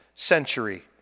century